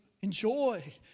enjoy